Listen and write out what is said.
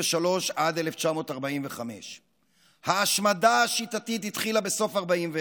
עד 1945. ההשמדה השיטתית התחילה בסוף 1941,